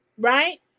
Right